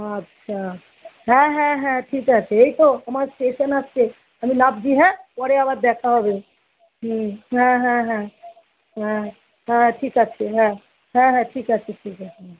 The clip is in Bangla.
আচ্ছা হ্যাঁ হ্যাঁ হ্যাঁ ঠিক আছে এই তো আমার স্টেশন আসছে আমি নামছি হ্যাঁ পরে আবার দেখা হবে হুম হ্যাঁ হ্যাঁ হ্যাঁ হ্যাঁ হ্যাঁ ঠিক আছে হ্যাঁ হ্যাঁ হ্যাঁ ঠিক আছে ঠিক আছে হুম